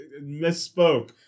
misspoke